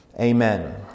Amen